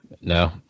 No